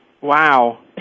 Wow